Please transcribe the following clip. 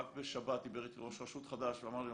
רק בשבת דיבר איתי ראש רשות חדש ואמר לי,